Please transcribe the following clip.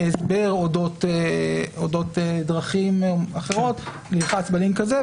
להסבר אודות דרכים אחרות לחץ בלינק הזה,